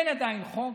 אין עדיין חוק,